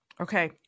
Okay